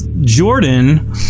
Jordan